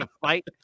fight